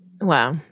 Wow